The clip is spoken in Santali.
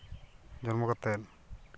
ᱡᱚᱱᱢᱚ ᱠᱟᱛᱮᱫ